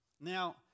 Now